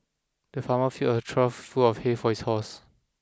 the farmer filled a trough full of hay for his horses